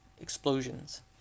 explosions